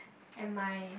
at my